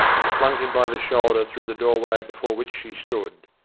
and flung him by the shoulder through the doorway before which she stood.